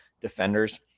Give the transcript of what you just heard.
defenders